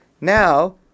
Now